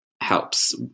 helps